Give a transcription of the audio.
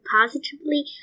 positively